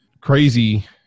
crazy